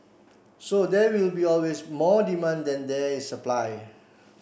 so there will be always more demand than there is supply